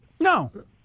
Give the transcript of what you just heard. No